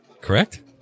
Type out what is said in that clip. correct